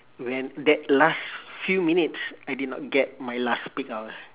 when that last few minutes I did not get my last peak hour